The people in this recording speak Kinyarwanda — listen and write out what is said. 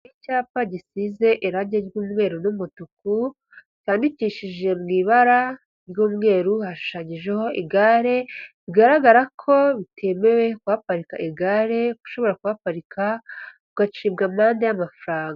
Icyapa gisize irange ry'umweru n'umutuku, cyandikishije mu ibara ry'umweru, hashushanyijeho igare bigaragara ko bitemewe kuhaparika igare kuko ushobora kuhaparika ugacibwa amande y'amafaranga.